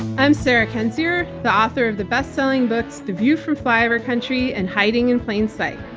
i'm sarah kendzior, the author of the bestselling books the view from flyover country and hiding in plain site.